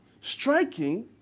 Striking